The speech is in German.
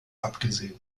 abgesehen